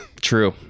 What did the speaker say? true